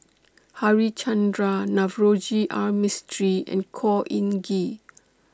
Harichandra Navroji R Mistri and Khor Ean Ghee